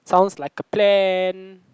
sounds like a plan